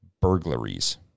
burglaries